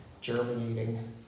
germinating